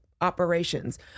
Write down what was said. operations